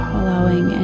allowing